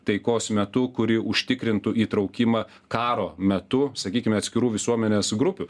taikos metu kuri užtikrintų įtraukimą karo metu sakykime atskirų visuomenės grupių